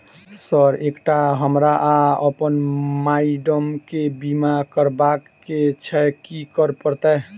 Sir एकटा हमरा आ अप्पन माइडम केँ बीमा करबाक केँ छैय की करऽ परतै?